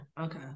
Okay